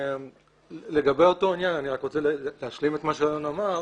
אני רק רוצה להשלים את מה שאלון אמר.